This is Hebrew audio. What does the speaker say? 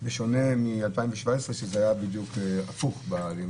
בשונה מ-2017 שהיה בדיוק הפוך.